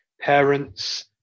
parents